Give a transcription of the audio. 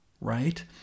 right